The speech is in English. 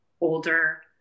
older